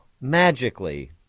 magically